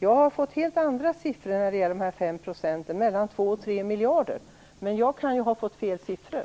Jag har fått helt andra siffror när det gäller dessa 5 %, nämligen mellan 2 och 3 miljarder. Men jag kan ha fått fel siffror.